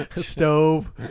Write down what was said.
Stove